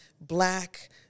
black